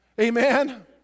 Amen